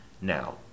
Now